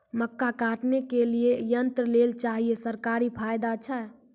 मक्का काटने के लिए यंत्र लेल चाहिए सरकारी फायदा छ?